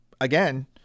again